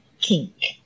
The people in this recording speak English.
kink